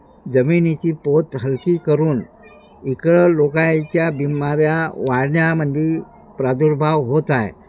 जमिनीची पोत हलकी करून इकडं लोकांच्या बीमाऱ्या वाढण्यामध्ये प्रादुर्भाव होत आहे